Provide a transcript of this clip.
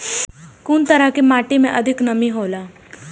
कुन तरह के माटी में अधिक नमी हौला?